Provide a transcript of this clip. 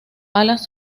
alas